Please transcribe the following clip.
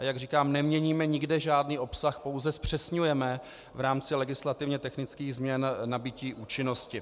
Jak říkám, neměníme nikde žádný obsah, pouze zpřesňujeme v rámci legislativně technických změn nabytí účinnosti.